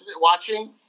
watching